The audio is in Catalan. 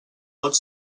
pot